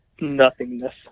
nothingness